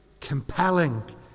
compelling